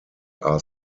are